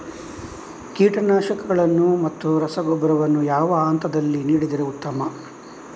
ಕೀಟನಾಶಕಗಳನ್ನು ಮತ್ತು ರಸಗೊಬ್ಬರವನ್ನು ಯಾವ ಹಂತದಲ್ಲಿ ನೀಡಿದರೆ ಉತ್ತಮ?